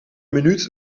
minuut